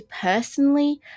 personally